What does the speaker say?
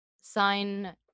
sign